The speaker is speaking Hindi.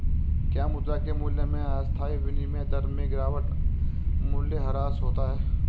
क्या मुद्रा के मूल्य में अस्थायी विनिमय दर में गिरावट मूल्यह्रास होता है?